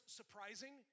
surprising